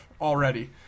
already